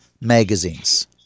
magazines